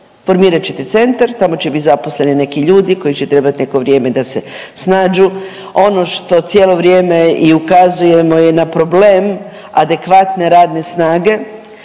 Formirat ćete centar, tamo će bit zaposleni neki ljudi koji će trebat neko vrijeme da se snađu. Ono što cijelo vrijeme i ukazujemo je na problem adekvatne radne snage,